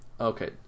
Okay